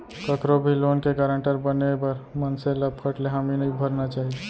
कखरो भी लोन के गारंटर बने बर मनसे ल फट ले हामी नइ भरना चाही